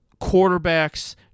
quarterbacks